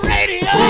Radio